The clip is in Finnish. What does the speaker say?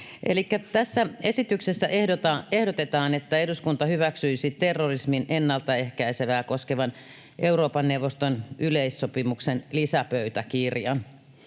Tässä esityksessä ehdotetaan, että eduskunta hyväksyisi terrorismin ennaltaehkäisyä koskevan Euroopan neuvoston yleissopimuksen lisäpöytäkirjan.